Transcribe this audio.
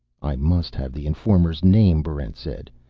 i must have the informer's name, barrent said.